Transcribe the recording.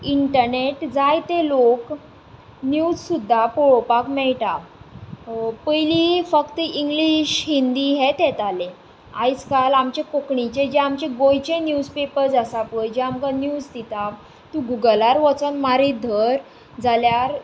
internet जायते लोक news सुद्दा पळोवपाक मेळटा पयलीं फक्त इंग्लीश हिंदी हेत येताले आयजकाल आमचे कोंकणीचे जे आमचे गोंयचे न्यूज पेपज आसा पळय जे आमकां न्यूज दिता तूं गुगलार वचून मारीत धर जाल्यार